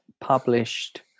published